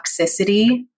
toxicity